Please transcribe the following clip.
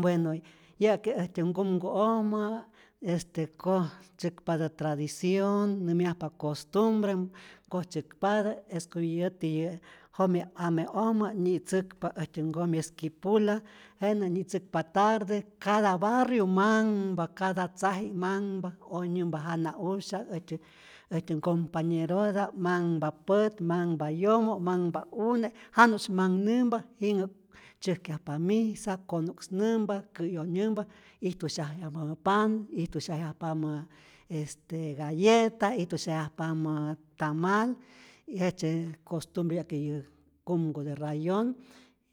Bueno yäki äjtyä mkumku'ojmä este koj tzyäkpatä tradicion, nämyajpa costumbre nkoj tzyäkpatä, es como yäti yä jomye'p ame'ojmä, nyi'tzäkpa äjtyä nkomi esquipula, jenä' nyitzäkpa tarde, cada barriu manhpa, cada tzaji' manhpa, onyämpa jana'usyak, äjtyä äjtyä nkompanyerota'p manhpa pät, manhpa yomo, mahpa une', janusy' manhnämpa, jinhä tzäjkyajpa misa, konu'ksnämpa, kä'yonyämpa ijtusyajyajpamä panh, ijtu syajyajpamä este galleta, ijtu syajyajpamä tamal, y jejtzye costumbre yä'ki yä kumku de rayonh,